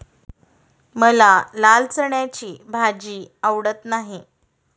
मला लाल चण्याची भाजी आवडत नाही